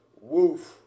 Woof